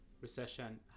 Recession